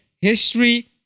history